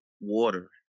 water